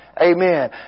Amen